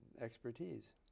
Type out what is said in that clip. expertise